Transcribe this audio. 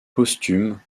posthume